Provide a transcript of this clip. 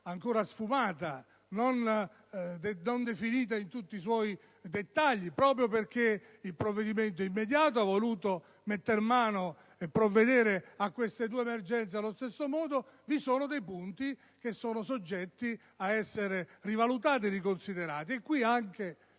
ancora sfumata, non definita in tutti i suoi dettagli: proprio perché il provvedimento immediato ha voluto metter mano e provvedere a queste due emergenze allo stesso modo, vi sono dei punti che sono soggetti ad essere rivalutati e riconsiderati. Da qui nasce